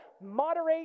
moderate